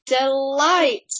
delight